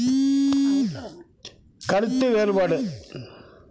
கருத்து வேறுபாடு